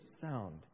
sound